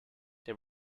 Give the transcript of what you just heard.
they